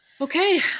okay